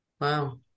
Wow